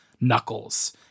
knuckles